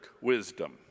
wisdom